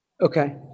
okay